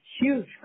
huge